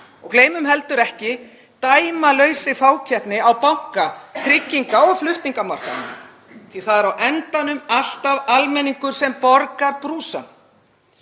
Gleymum heldur ekki dæmalausri fákeppni á banka-, trygginga- og flutningamarkaði, því að á endanum er það alltaf almenningur sem borgar brúsann.